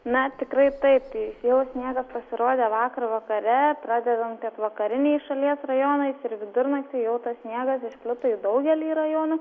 na tikrai taip tai jau sniegas pasirodė vakar vakare pradedant pietvakariniais šalies rajonais ir vidurnaktį jau tas sniegas išplito į daugelį rajonų